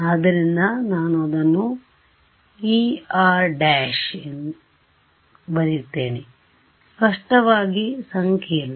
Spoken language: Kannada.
ಆದ್ದರಿಂದ ನಾನು ಅದನ್ನು εr′ ಎಂದು ಕರೆಯುತ್ತೇನೆ ಸ್ಪಷ್ಟವಾಗಿ ಸಂಕೀರ್ಣ